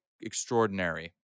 extraordinary